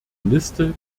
liste